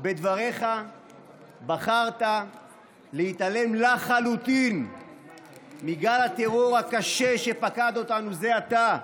בדבריך בחרת להתעלם לחלוטין מגל הטרור הקשה שפקד אותנו זה עתה,